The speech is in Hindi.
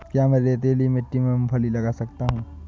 क्या मैं रेतीली मिट्टी में मूँगफली लगा सकता हूँ?